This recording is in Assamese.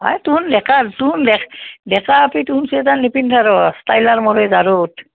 অই তুহুন ডেকা তুহুন ডেক ডেকা আপী তুহুন ছুৱেটাৰ নিপিন্ধা আৰু ষ্টাইলাৰ মাৰি জাৰত